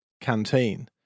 canteen